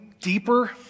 deeper